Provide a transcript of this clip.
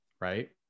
right